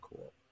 cool